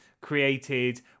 created